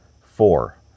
Four